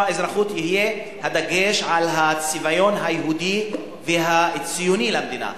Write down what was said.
האזרחות יהיה הדגש על הצביון היהודי והציוני למדינה.